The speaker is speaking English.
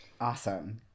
Awesome